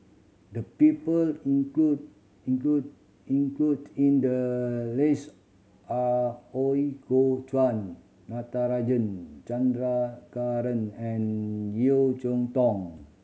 the people included included included in the list are Ooi Kok Chuen Natarajan Chandrasekaran and Yeo Cheow Tong